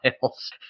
files